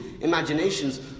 imaginations